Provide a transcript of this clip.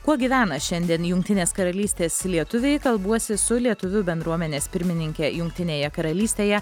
kuo gyvena šiandien jungtinės karalystės lietuviai kalbuosi su lietuvių bendruomenės pirmininke jungtinėje karalystėje